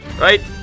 right